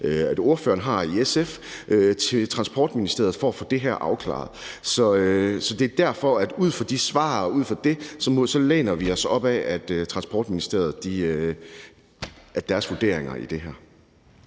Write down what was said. at ordføreren i SF har gjort til Transportministeriet for at få det her afklaret. Så det er derfor, at vi ud fra de svar og ud fra det læner os op ad Transportministeriets vurderinger i det her.